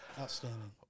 Outstanding